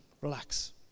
Relax